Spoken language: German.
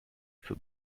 für